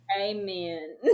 Amen